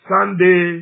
Sunday